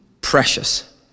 precious